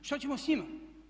Što ćemo s njima?